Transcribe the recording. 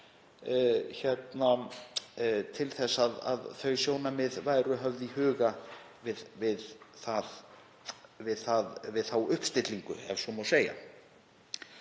til að þau sjónarmið væru höfð í huga við þá uppstillingu, ef svo má segja.